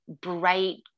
bright